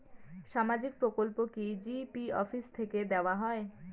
সামাজিক প্রকল্প কি জি.পি অফিস থেকে দেওয়া হয়?